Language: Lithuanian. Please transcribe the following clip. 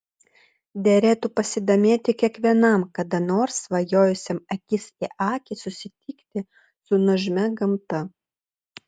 derėtų pasidomėti kiekvienam kada nors svajojusiam akis į akį susitikti su nuožmia gamta